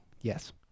Yes